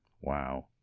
Wow